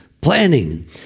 planning